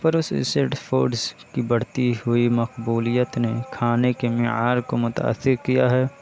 processed foods کی بڑھتی ہوئی مقبولیت نے کھانے کے معیار کو متأثر کیا ہے